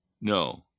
no